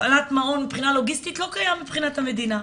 הפעלת מעון מבחינה לוגיסטית לא קיים מבחינת המדינה.